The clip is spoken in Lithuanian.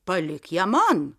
palik ją man